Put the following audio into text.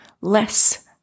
less